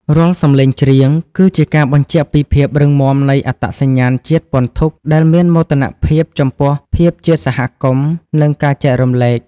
រាល់សម្លេងច្រៀង គឺជាការបញ្ជាក់ពីភាពរឹងមាំនៃអត្តសញ្ញាណជាតិពន្ធុ ដែលមានមោទនភាពចំពោះភាពជាសហគមន៍ និងការចែករំលែក។